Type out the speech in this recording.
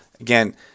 Again